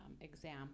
exam